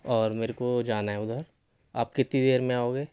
اور میرے کو جانا ہے اُدھر آپ کتنی دیر میں آؤگے